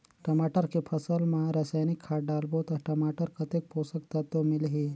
टमाटर के फसल मा रसायनिक खाद डालबो ता टमाटर कतेक पोषक तत्व मिलही?